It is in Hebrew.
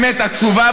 באמת עצובה,